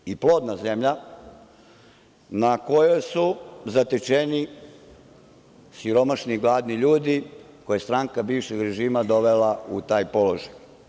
To je bogata i plodna zemlja na kojoj su zatečeni siromašni i gladni ljudi, koje je stranka bivšeg režima dovela u taj položaj.